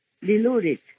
deluded